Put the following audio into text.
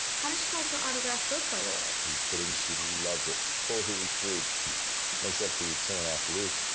how did she like her autographed book, by the way? are you kidding? she loves it. totally freaked except for you killing off luke.